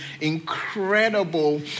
incredible